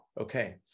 Okay